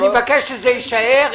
אם יהיה צורך,